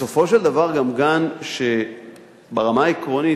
בסופו של דבר גם גן שברמה העקרונית,